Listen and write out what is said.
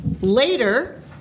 Later